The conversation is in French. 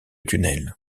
tunnel